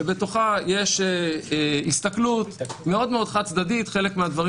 שבתוכה יש הסתכלות מאוד מאוד חד-צדדית חלק מהדברים